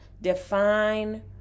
define